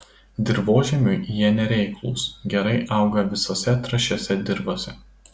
dirvožemiui jie nereiklūs gerai auga visose trąšiose dirvose